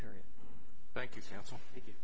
period thank you chancel i